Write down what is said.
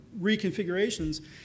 reconfigurations